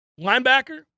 Linebacker